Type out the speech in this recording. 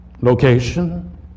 location